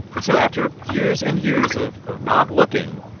and so after years and years of of not looking,